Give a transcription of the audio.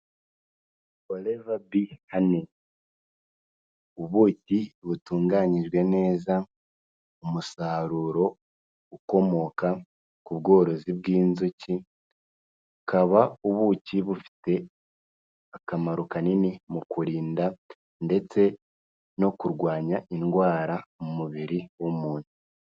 Foreva biya hani, ubuki butunganyijwe neza, umusaruro ukomoka ku bworozi bw'inzuki, ukaba ubuki bufite akamaro kanini mu kurinda ndetse no kurwanya indwara mu mubiri w'umuntu.